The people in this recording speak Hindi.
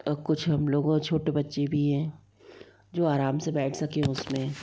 और कुछ हम लोग छोटे बच्चे भी हैं जो आराम से बैठ सकें उसमें